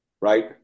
right